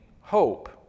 hope